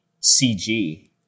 CG